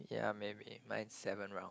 yeah maybe mine seven round